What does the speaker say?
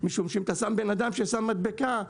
משום שאם אתה שם בנאדם ששם מדבקה,